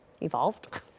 evolved